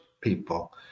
people